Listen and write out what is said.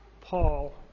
Paul